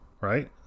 Right